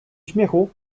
śmiechu